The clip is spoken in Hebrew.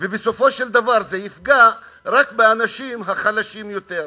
ובסופו של דבר זה יפגע רק באנשים החלשים יותר,